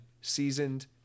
seasoned